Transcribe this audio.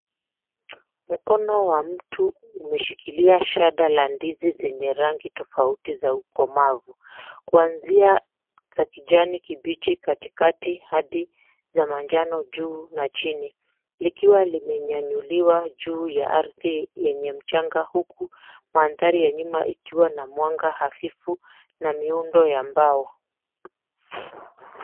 Mkono wa mtu umeshikilia shada la ndizi zenye rangi tofauti za ukomavu kuanzia za kijani kibichi katikati hadi za manjano juu na chini, likiwa limenyanyuliwa juu ya ardhi lenye mchanga huku mandhari ya nyuma ikiwa na mwanga hafifu na miundo ya mbao.